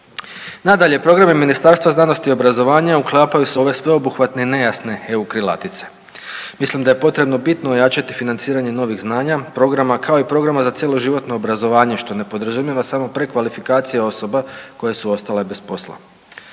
Nadalje programi Ministarstva znanosti i obrazovanja uklapaju se u ove sveobuhvatne i nejasne EU krilatice. Mislim da je potrebno bitno ojačati financiranje novih znanja, programa kao i programa za cjeloživotno obrazovanje što ne podrazumijeva samo prekvalifikaciju osoba koje su ostale bez posla.